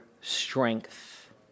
strength